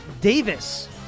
Davis